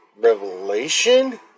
revelation